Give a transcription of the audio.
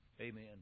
amen